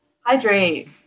Hydrate